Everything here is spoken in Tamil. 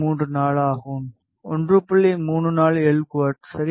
34 எல் குவாட் சரி